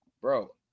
Bro